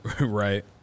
Right